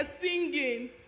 singing